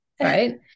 right